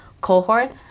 cohort